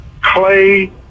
Clay